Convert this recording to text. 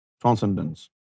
transcendence